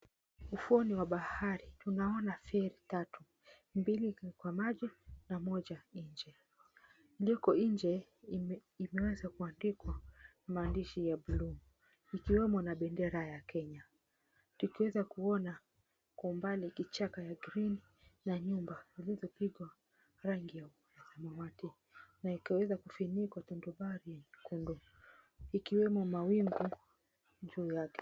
Ufuoni mwa bahari tunaona feri tatu. Mbili iko kwa maji na moja nje. Iliyoko nje imeweza kuandikwa maandishi ya (cs)blue(cs) ikiwemo na bendera ya Kenya. Tukiweza kuona kwa umbali kichaka ya (cs)green(cs) na nyumba zilizopigwa rangi ya samawati na ikaweza kufunikwa tondobari nyekundu. Ikiwemo mawingu juu yake.